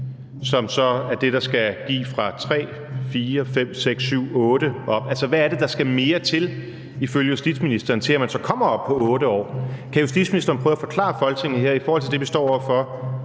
som så er det, der skal give fra 3 år og op til 4, 5, 6, 7, 8 år? Altså, hvad skal der ifølge justitsministeren mere til, for at man så kommer op på 8 år? Kan justitsministeren prøve at forklare Folketinget i forhold til det, vi står over for,